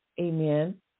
amen